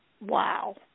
Wow